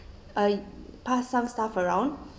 uh pass some stuff around